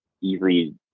easily